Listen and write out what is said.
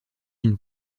une